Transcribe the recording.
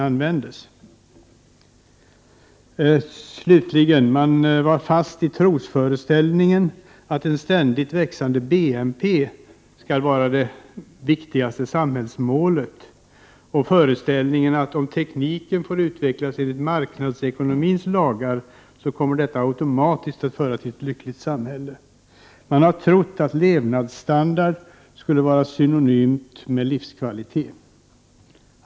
De gamla partierna var fast i trosföreställningen att en ständigt växande BNP var det viktigaste samhällsmålet och att om tekniken får utvecklas enligt marknadsekonomins lagar kommer detta automatiskt att leda till ett lyckligt samhälle. De har trott att levnadsstandard är synonymt med livskvalitet.